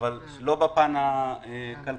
אבל לא בפן הכלכלי.